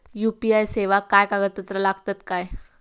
UPI सेवाक काय कागदपत्र लागतत काय?